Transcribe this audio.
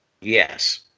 Yes